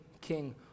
king